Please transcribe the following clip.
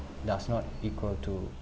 does not equal to